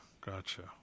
gotcha